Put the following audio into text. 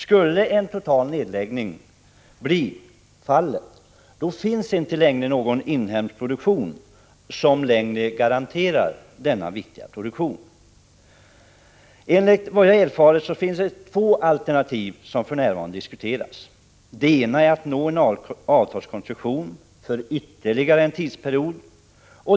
Skulle en total nedläggning bli verklighet, finns det inte längre någon inhemsk fabrik som garanterar denna viktiga produktion. Enligt vad jag har erfarit är det två alternativ som för närvarande diskuteras. Det ena är att man skall nå en avtalskonstruktion för ytterligare en tidsperiod.